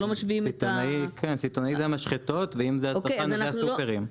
סיטונאי זה המשחטות, ואם זה הצרכן זה הסופרים.